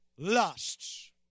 Lusts